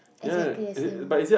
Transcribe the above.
exactly as in